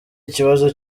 ikibazo